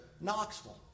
Knoxville